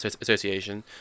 association